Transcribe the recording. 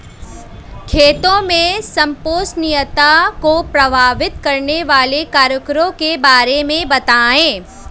खेती में संपोषणीयता को प्रभावित करने वाले कारकों के बारे में बताइये